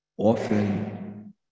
often